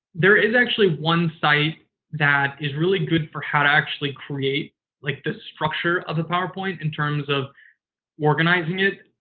there is actually one site that is really good for how to actually create like the structure of a powerpoint in terms of organizing it.